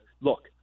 look